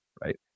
Right